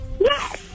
Yes